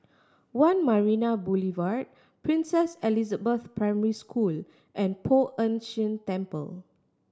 One Marina Boulevard Princess Elizabeth Primary School and Poh Ern Shih Temple